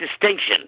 distinction